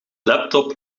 laptop